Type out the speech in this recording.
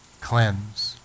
Cleanse